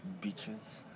Beaches